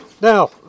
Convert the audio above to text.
Now